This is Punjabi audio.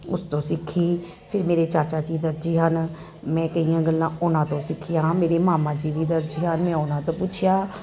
ਉਸ ਤੋਂ ਸਿੱਖੀ ਫਿਰ ਮੇਰੇ ਚਾਚਾ ਜੀ ਦਰਜੀ ਹਨ ਮੈਂ ਕਈਆਂ ਗੱਲਾਂ ਉਹਨਾਂ ਤੋਂ ਸਿੱਖੀਆ ਮੇਰੇ ਮਾਮਾ ਜੀ ਵੀ ਦਰਜੀ ਆ ਮੈਂ ਆਉਣਾ ਤਾਂ ਪੁੱਛਿਆ